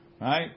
Right